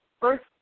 first